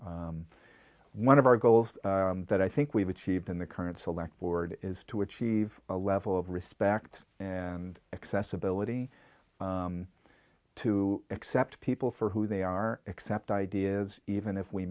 one of our goals that i think we've achieved in the current select board is to achieve a level of respect and accessibility to accept people for who they are accept ideas even if we